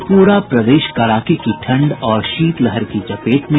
और पूरा प्रदेश कड़ाके की ठंड और शीतलहर की चपेट में